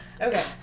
Okay